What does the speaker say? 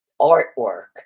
artwork